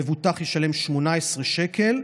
המבוטח ישלם 18 שקלים,